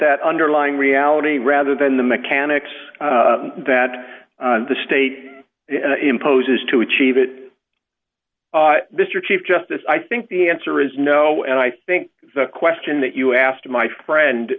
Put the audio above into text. that underlying reality rather than the mechanics that the state imposes to achieve it mr chief justice i think the answer is no and i think the question that you asked my friend